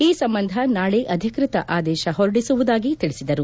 ಈ ಸಂಬಂಧ ನಾಳೆ ಅಧಿಕೃತ ಆದೇಶ ಹೊರಡಿಸುವುದಾಗಿ ಅವರು ತಿಳಿಸಿದರು